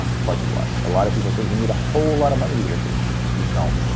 budget-wise. a lot of people think you need a whole lot of money to get into this business you don't.